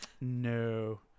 No